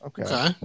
Okay